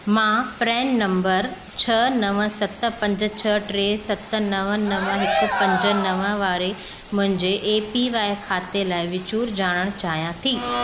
मां प्रेन नंबर छह नव सत पंज छह टे सत नव नव हिकु पंज नव वारे मुंहिंजे ए पी वाए खाते लाइ विचूर ॼाणणु चाहियां थी